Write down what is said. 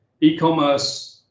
e-commerce